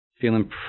Feeling